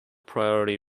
priority